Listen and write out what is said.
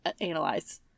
analyze